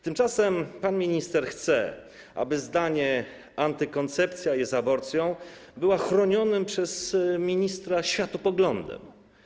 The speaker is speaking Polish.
Tymczasem pan minister chce, aby zdanie „antykoncepcja jest aborcją” było chronionym przez ministra światopoglądem.